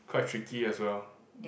quite tricky as well